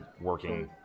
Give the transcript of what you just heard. working